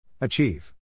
Achieve